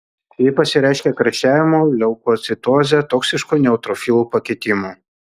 ji pasireiškia karščiavimu leukocitoze toksišku neutrofilų pakitimu